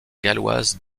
galloise